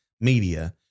Media